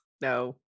No